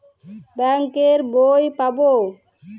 Bank এর বই পাবো?